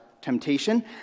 temptation